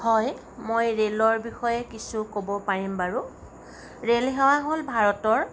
হয় মই ৰেলৰ বিষয়ে কিছু ক'ব পাৰিম বাৰু ৰেল সেৱা হ'ল ভাৰতৰ